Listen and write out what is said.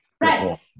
right